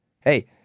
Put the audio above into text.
Hey